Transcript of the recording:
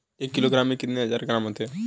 एक किलोग्राम में एक हजार ग्राम होते हैं